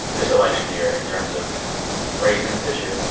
this election year, in terms of raising this issue?